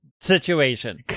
situation